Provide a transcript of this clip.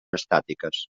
estàtiques